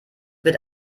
wird